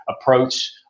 approach